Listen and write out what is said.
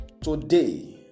Today